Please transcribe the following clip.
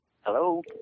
Hello